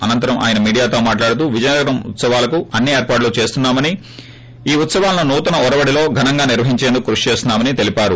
అనంతరం ఆయన మీడియాతో మాట్లాడుతూ విజయనగరం ఉత్సవాలకు అన్ని ఏర్పాట్లు చేస్తున్నా మని ఈ ఉత్సవాలను నూతన ఒరవడిలో ఘనంగా నిర్వహించేందుకు కృషి చేస్తున్నామని తెలిపారు